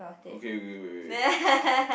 okay okay wait wait wait